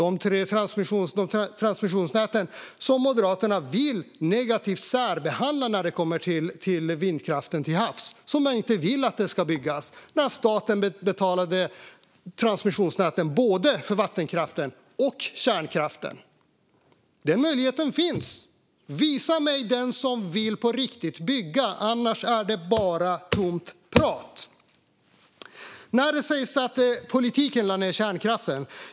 Transmissionsnäten vill Moderaterna negativt särbehandla när det gäller vindkraften till havs, som de inte vill ska byggas, medan staten betalade transmissionsnäten för både vattenkraften och kärnkraften. Den möjligheten finns. Visa mig den som på riktigt vill bygga! Annars är det bara tomt prat. Det sägs att politiken lade ned kärnkraften.